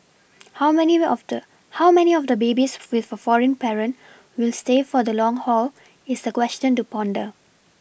how many of the how many of the babies with a foreign parent will stay for the long haul is a question to ponder